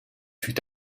fut